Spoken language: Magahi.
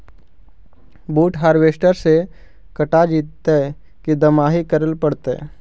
बुट हारबेसटर से कटा जितै कि दमाहि करे पडतै?